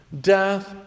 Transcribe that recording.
death